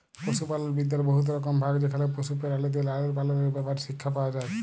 পশুপালল বিদ্যার বহুত রকম ভাগ যেখালে পশু পেরালিদের লালল পাললের ব্যাপারে শিখ্খা পাউয়া যায়